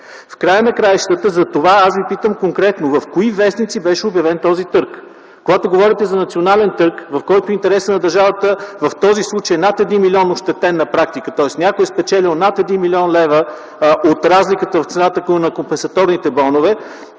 В края на краищата затова аз Ви питам конкретно в кои вестници беше обявен този търг? Когато говорите за национален търг, в който интересът на държавата в този случай – над 1 млн. лв., е ощетен на практика, тоест някой е спечелил над 1 млн. лв. от разликата в цената на компенсаторните бонове,